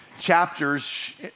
chapters